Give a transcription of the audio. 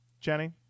Jenny